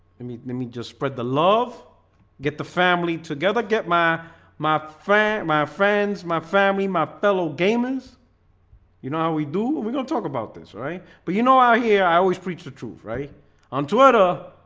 i mean let me just spread the love get the family together get my my friend my friends my family my fellow gamers you know how we do we gonna talk about this. alright, but you know, how here i always preach the truth right on twitter